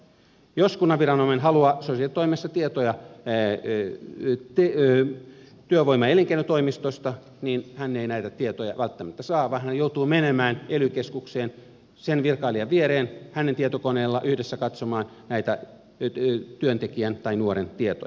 jos kunnan viranomainen haluaa sosiaalitoimesta tietoja työvoima ja elinkeinotoimistosta niin hän ei näitä tietoja välttämättä saa vaan hän joutuu menemään ely keskukseen sen virkailijan viereen hänen tietokoneellaan yhdessä katsomaan näitä nuoren tietoja